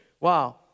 Wow